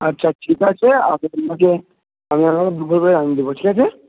আচ্ছা ঠিক আছে আপনাকে আমি আপনাকে দুপুরবেলা জানিয়ে দেবো ঠিক আছে